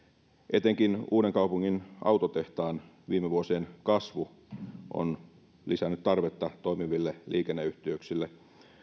etenkin uudenkaupungin autotehtaan viime vuosien kasvu on lisännyt tarvetta toimiville liikenneyhteyksille